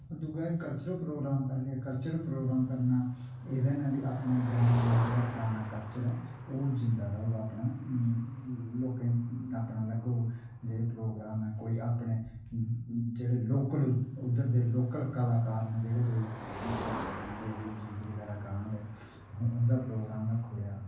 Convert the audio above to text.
दूआ एह् cultural programme करगे कल्चरल प्रोग्राम करना एह्दे नै बी अपने ग्रां दा जेह्ड़ा पराना कल्चर ऐ ओह् जींदा रौह्ग अपने लोकें अपने लगग जे प्रोग्राम ऐ अपने जेह्ड़े लोकल उद्धर दे लोकल कलाकार न जेह्ड़े कोई डोगरी गीत बगैरा गाने आह्ले न उं'दा प्रोग्राम रक्खी ओड़ेआ